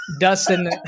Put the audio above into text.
Dustin